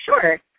Sure